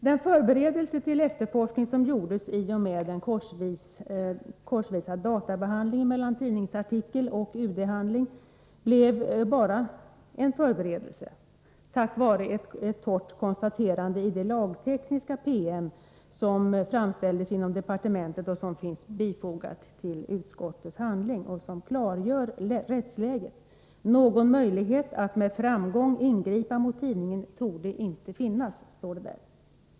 Den förberedelse till efterforskning som gjordes i och med den korsvisa databehandlingen mellan tidningsartikel och UD-handling blev bara en förberedelse, tack vare ett torrt konstaterande i den lagtekniska PM som framställdes inom departementet och som är fogad till utskottets handling. Denna PM klargör också rättsläget. ”Någon möjlighet att med framgång ingripa mot tidningen torde inte finnas.” , anförs det.